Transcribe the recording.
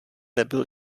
nebyl